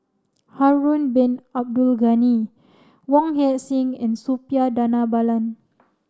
Harun Bin Abdul Ghani Wong Heck Sing and Suppiah Dhanabalan